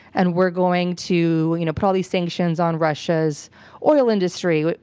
and we're going to, you know, put all these sanctions on russia's oil industry,